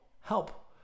help